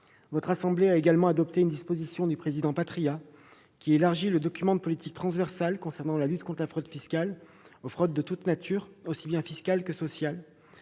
Votre assemblée a également adopté un amendement du président François Patriat qui élargit le document de politique transversale concernant la lutte contre la fraude fiscale aux fraudes de toutes natures, aussi bien fiscale que sociale.